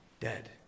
dead